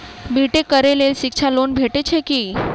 B tech करै लेल शिक्षा लोन भेटय छै की?